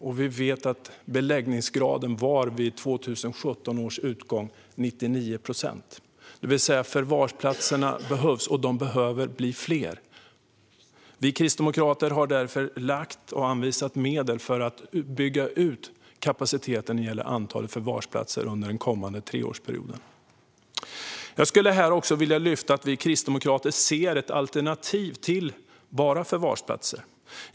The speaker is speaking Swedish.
Och vi vet att beläggningsgraden vid 2017 års utgång var 99 procent, det vill säga att förvarsplatserna behövs och behöver bli fler. Vi kristdemokrater har därför anvisat medel för att bygga ut kapaciteten när det gäller antalet förvarsplatser under den kommande treårsperioden. Jag skulle här också vilja lyfta fram att vi kristdemokrater ser ett alternativ till bara förvarsplatser.